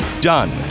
done